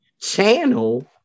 Channel